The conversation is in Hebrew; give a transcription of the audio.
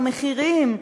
במחירים,